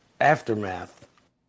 Aftermath